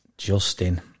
Justin